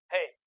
Hey